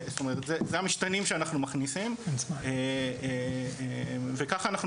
זאת אומרת זה המשתנים שאנחנו מכניסים וככה אנחנו